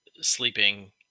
sleeping